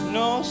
no